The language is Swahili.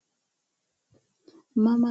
Mama